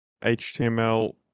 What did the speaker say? HTML